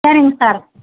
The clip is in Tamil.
சரிங்க சார்